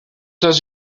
does